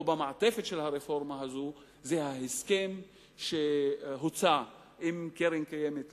במעטפת של הרפורמה הזו זה ההסכם שהוצע עם קרן קיימת לישראל.